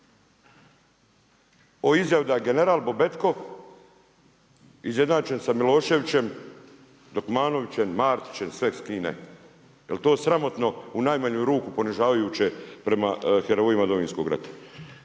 o izjavi da je general Bobetko izjednačen sa Miloševićem, Dokmanovićem, Martićem sve s kim ne, jel to sramotno u najmanju ruku ponižavajuće prema herojima Domovinskog rata.